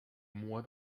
mois